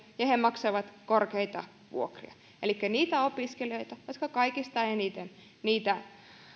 ja jotka maksavat korkeita vuokria elikkä niitä opiskelijoita jotka kaikista eniten niitä